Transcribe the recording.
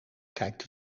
kijkt